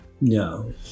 No